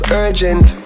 urgent